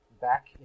back